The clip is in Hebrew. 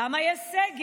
למה יש סגר?